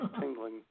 Tingling